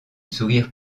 sourire